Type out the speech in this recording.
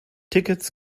tickets